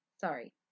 Sorry